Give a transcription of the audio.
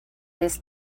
this